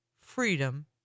freedom